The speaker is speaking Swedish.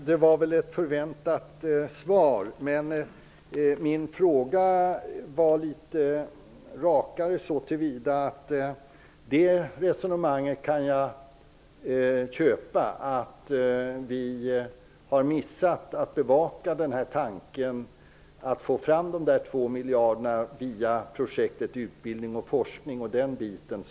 Herr talman! Det var ett väntat svar. Min fråga var litet rakare. Jag kan dock köpa resonemanget att vi har missat att bevaka möjligheten att få fram de två miljarderna via projektet Utbildning och forskning.